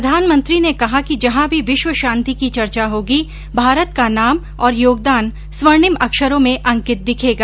प्रधानमंत्री ने कहा कि जहां भी विश्व शांति की चर्चा होगी भारत का नाम और योगदान स्वर्णिम अक्षरों में अंकित दिखेगा